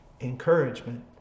encouragement